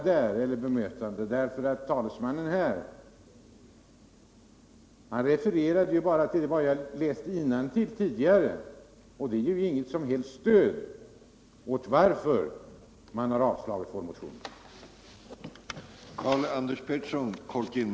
Utskottets talesman refererade endast vad jag tidigare hade läst innantill ur utskottets betänkande, och det ger ju inget som helst stöd åt avstyrkandet av vår motion.